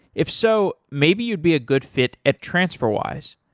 if so, maybe you'd be a good fit at transferwise.